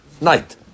night